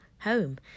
home